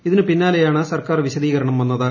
ഈതിനു പിന്നാലെയാണ് സർക്കാർ വിശദീകരണം വന്നത്